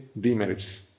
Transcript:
demerits